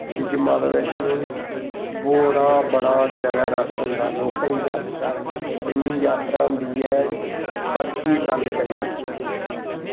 कि केह् माता बैश्नो बड़ा बड़े जैदा रश होंदे लोकल जात्तरा इन्नी जात्तरा होंदी ऐ परची बंद करी दिंदे न